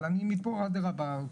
אבל אני מפה אדרבה,